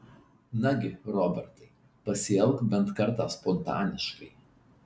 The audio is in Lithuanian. nagi robertai pasielk bent kartą spontaniškai